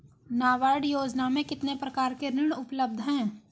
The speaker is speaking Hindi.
नाबार्ड योजना में कितने प्रकार के ऋण उपलब्ध हैं?